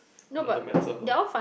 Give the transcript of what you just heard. another matter lah